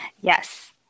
Yes